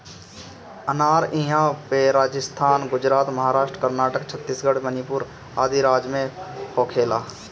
अनार इहां पे राजस्थान, गुजरात, महाराष्ट्र, कर्नाटक, छतीसगढ़ मणिपुर आदि राज में होखेला